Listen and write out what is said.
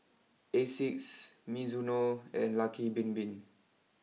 Asics Mizuno and Lucky Bin Bin